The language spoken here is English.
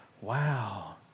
wow